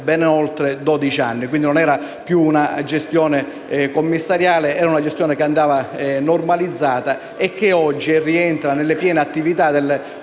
ben oltre dodici anni. Non era più una gestione commissariale, ma una gestione che andava normalizzata e che oggi rientra nelle piene attività del Governo